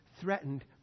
threatened